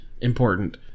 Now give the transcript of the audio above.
important